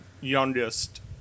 youngest